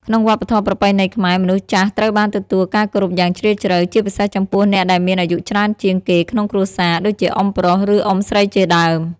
ក្នុងវប្បធម៌ប្រពៃណីខ្មែរ មនុស្សចាស់ត្រូវបានទទួលការគោរពយ៉ាងជ្រាលជ្រៅ ជាពិសេសចំពោះអ្នកដែលមានអាយុច្រើនជាងគេក្នុងគ្រួសារ ដូចជាអ៊ុំប្រុស ឬ អ៊ុំស្រីជាដើម។